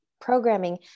programming